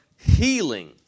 healing